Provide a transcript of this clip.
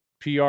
PR